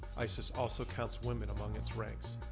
isis also counts women among its ranks.